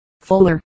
fuller